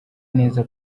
neza